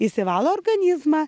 išsivalo organizmą